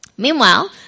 Meanwhile